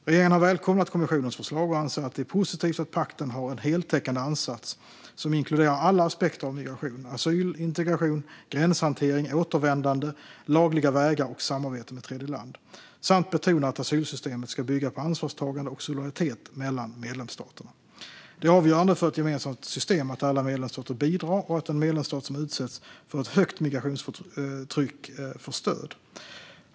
Regeringen har välkomnat kommissionens förslag och anser att det är positivt att pakten har en heltäckande ansats som inkluderar alla aspekter av migration, asyl, integration, gränshantering, återvändande, lagliga vägar och samarbete med tredjeland samt betonar att asylsystemet ska bygga på ansvarstagande och solidaritet mellan medlemsstaterna. Det är avgörande för ett gemensamt system att alla medlemsstater bidrar och att en medlemsstat som utsätts för ett högt migrationstryck får stöd.